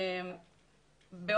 מה